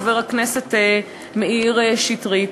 חבר הכנסת מאיר שטרית.